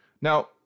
Now